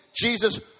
Jesus